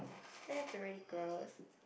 that's really gross